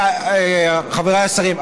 חבריי השרים,